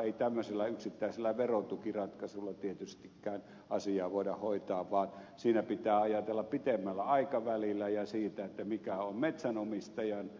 ei tämmöisillä yksittäisillä verotukiratkaisuilla tietystikään asiaa voida hoitaa vaan siinä pitää ajatella pitemmällä aikavälillä ja sitä mikä on metsänomistajan